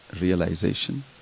realization